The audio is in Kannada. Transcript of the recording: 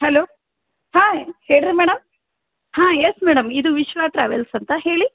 ಹಲೋ ಹಾಂ ಹೇಳ್ರಿ ಮೇಡಮ್ ಹಾಂ ಯಸ್ ಮೇಡಮ್ ಇದು ವಿಶ್ವ ಟ್ರಾವೆಲ್ಸ್ ಅಂತ ಹೇಳಿ